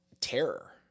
terror